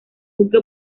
buque